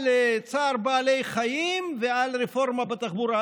על צער בעלי חיים ועל רפורמה בתחבורה.